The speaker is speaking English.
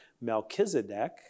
Melchizedek